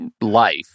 life